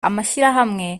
amashyirahamwe